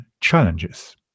challenges